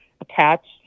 attached